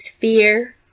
fear